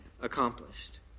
accomplished